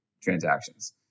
transactions